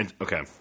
okay